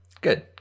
Good